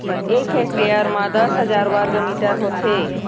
एक हेक्टेयर म दस हजार वर्ग मीटर होथे